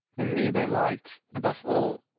in me they liked, above all,